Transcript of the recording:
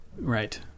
Right